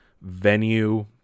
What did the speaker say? venue